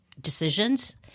decisions